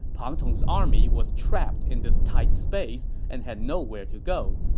pang tong's army was trapped in this tight space and had nowhere to go.